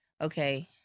okay